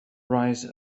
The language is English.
rise